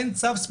אין צו ספציפי.